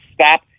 stop